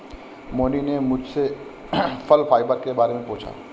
मोहिनी ने मुझसे फल फाइबर के बारे में पूछा